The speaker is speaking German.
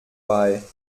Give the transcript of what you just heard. bei